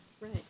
Right